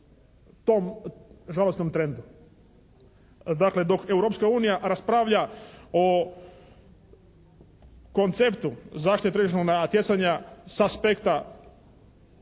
tom žalosnom trendu. Dakle, dok Europska unija raspravlja o konceptu zaštite tržišnog natjecanja s aspekta